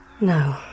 No